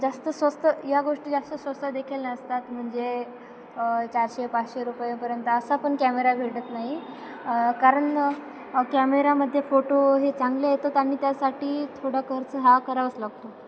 जास्त स्वस्त या गोष्टी जास्त स्वस्तदेखील नसतात म्हणजे चारशे पाचशे रुपयेपर्यंत असा पण कॅमेरा भेटत नाही कारण कॅमेरामध्ये फोटो हे चांगले येतात आणि त्यासाठी थोडा खर्च हा करावाच लागतो